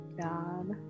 God